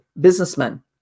businessmen